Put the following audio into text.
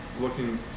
looking